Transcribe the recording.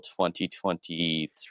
2023